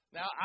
Now